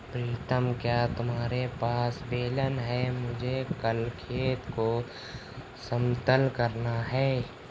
प्रीतम क्या तुम्हारे पास बेलन है मुझे कल खेत को समतल करना है?